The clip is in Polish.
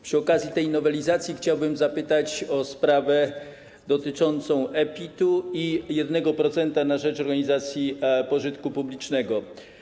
Przy okazji tej nowelizacji chciałbym zapytać o sprawę dotyczącą e-PIT i 1% na rzecz organizacji pożytku publicznego.